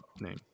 name